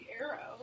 Arrow